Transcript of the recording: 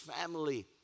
family